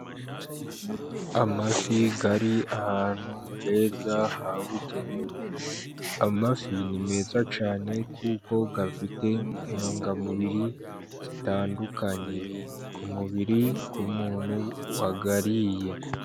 Amafi ari ahantu heza habugenewe. Amafi ni meza cyane kuko afite intungamubiri zitandukanye ku mubiri, ku muntu wayariye.